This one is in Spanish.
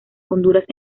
honduras